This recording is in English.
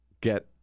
get